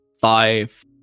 Five